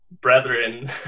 brethren